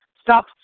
Stop